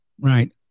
Right